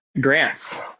grants